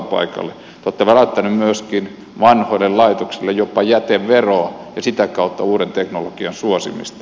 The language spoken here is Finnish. te olette väläyttänyt myöskin vanhoille laitoksille jopa jäteveroa ja sitä kautta uuden teknologian suosimista